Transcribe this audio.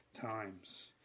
times